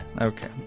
Okay